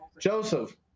Joseph